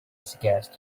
suggest